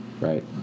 Right